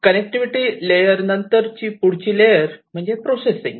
connectivity layer नंतर पुढची layer म्हणजे प्रोसेसिंग